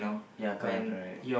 ya correct correct